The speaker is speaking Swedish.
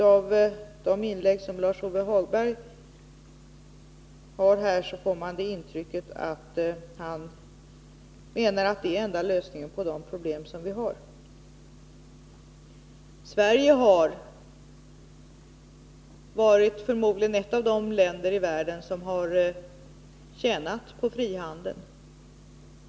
Av de inlägg som Lars-Ove Hagberg här gjort får man intrycket att han menar att det är enda lösningen på de problem vi har. Sverige är förmodligen ett av de länder i världen som har tjänat på frihandeln.